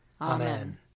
Amen